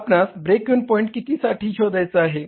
आपणास break even point किती साठी शोधायचा आहे